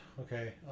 Okay